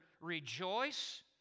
rejoice